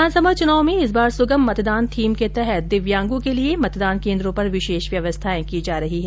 विधानसभा चुनाव में इस बार सुगम मतदान थीम के तहत दिव्यांगों के लिये मतदान केन्द्रों पर विशेष व्यवस्थायें की जा रही है